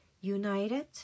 united